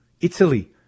Italy